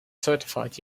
certified